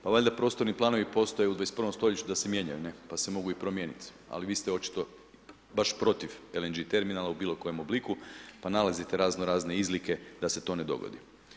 Pa valjda prostorni planovi postoje u 21. stoljeću da se mijenjaju, ne, pa se mogu i promijeniti ali vi ste očito baš protiv LNG terminala u bilokojem obliku pa nalazite raznorazne izlike da se to ne dogodi.